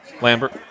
Lambert